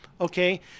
Okay